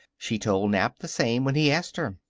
she told nap the same when he asked her.